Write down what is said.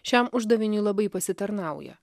šiam uždaviniui labai pasitarnauja